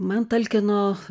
man talkino